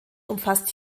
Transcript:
umfasst